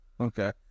okay